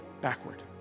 backward